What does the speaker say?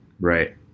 Right